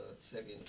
second